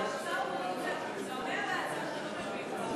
אדוני, אתה עונה על ההצעה.